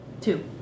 two